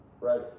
right